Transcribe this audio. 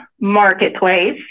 Marketplace